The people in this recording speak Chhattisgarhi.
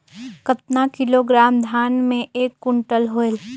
कतना किलोग्राम धान मे एक कुंटल होयल?